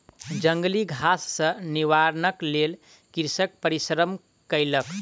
जंगली घास सॅ निवारणक लेल कृषक परिश्रम केलक